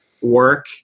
work